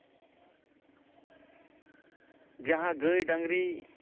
ᱡᱟᱦᱟᱸ ᱜᱟᱹᱭ ᱰᱟᱹᱝᱨᱤ